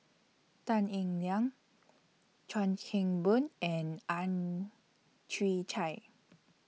Tan Eng Liang Chuan Keng Boon and Ang Chwee Chai